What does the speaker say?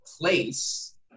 place